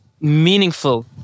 meaningful